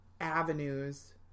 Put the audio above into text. avenues